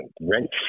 rent